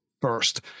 first